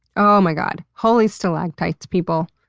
oh my god. holy stalactites, people.